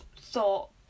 thought